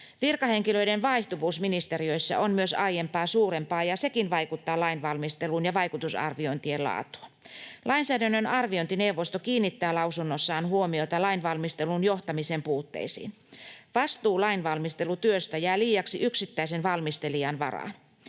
Virkahenkilöiden vaihtuvuus ministeriöissä on myös aiempaa suurempaa, ja sekin vaikuttaa lainvalmisteluun ja vaikutusarviointien laatuun. Lainsäädännön arviointineuvosto kiinnittää lausunnossaan huomiota lainvalmistelun johtamisen puutteisiin. Vastuu lainvalmistelutyöstä jää liiaksi yksittäisen valmistelijan varaan.